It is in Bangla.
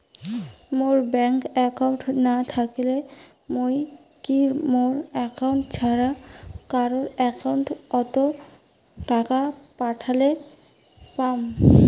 মোর ব্যাংক একাউন্ট না থাকিলে মুই কি মোর একাউন্ট ছাড়া কারো একাউন্ট অত টাকা পাঠের পাম?